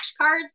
flashcards